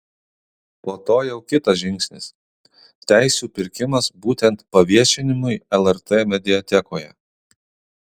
po to jau kitas žingsnis teisių pirkimas būtent paviešinimui lrt mediatekoje